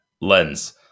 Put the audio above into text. lens